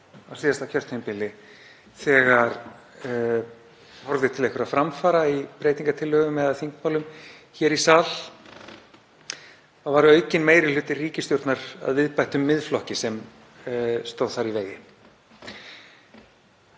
á síðasta kjörtímabili þegar horfði til einhverra framfara í breytingartillögum eða þingmálum hér í sal þá var aukinn meiri hluti ríkisstjórnar að viðbættum Miðflokki sem stóð þar í vegi.